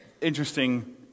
Interesting